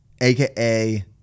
aka